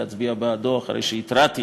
להצביע בעדו אחרי שהתרעתי